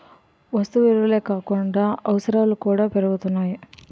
వస్తు విలువలే కాకుండా అవసరాలు కూడా పెరుగుతున్నాయి